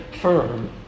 firm